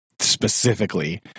specifically